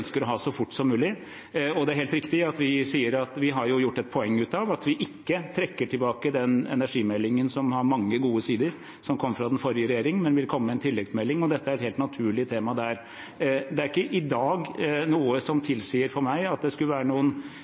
mulig. Det er helt riktig at vi har gjort et poeng av at vi ikke trekker tilbake energimeldingen, som har mange gode sider, og som kom fra den forrige regjeringen, men vil komme med en tilleggsmelding, og dette er et helt naturlig tema der. Det er ikke i dag noe som for meg tilsier at det skulle være noen